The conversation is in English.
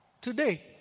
Today